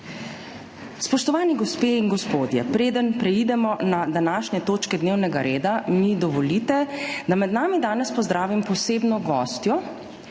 Spoštovane gospe in gospodje! Preden preidemo na današnje točke dnevnega reda, mi dovolite, da med nami danes pozdravim posebno gostjo,